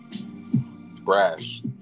brash